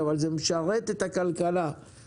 באמת לתת תשומת לב לתושבי הנגב,